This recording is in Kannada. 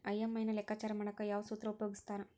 ಇ.ಎಂ.ಐ ನ ಲೆಕ್ಕಾಚಾರ ಮಾಡಕ ಯಾವ್ ಸೂತ್ರ ಉಪಯೋಗಿಸ್ತಾರ